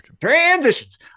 transitions